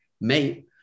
mate